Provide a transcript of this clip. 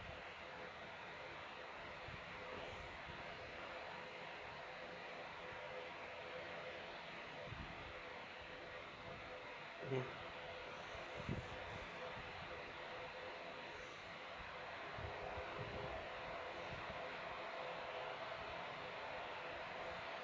mmhmm